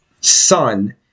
son